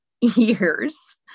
years